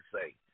say